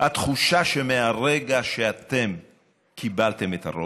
התחושה שמהרגע שאתם קיבלתם את הרוב,